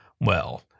Well